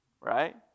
Right